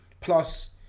Plus